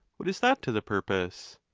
what is that to the purpose?